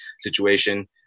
situation